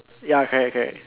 ya correct correct